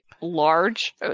large